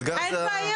האתגר הוא --- אין בעיה,